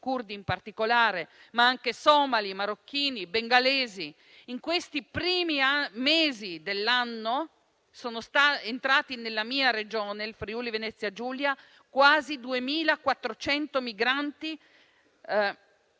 - curdi in particolare - ma anche somali, marocchini, bengalesi. In questi primi mesi dell'anno sono entrati nella mia Regione, il Friuli-Venezia Giulia, quasi 2.400 migranti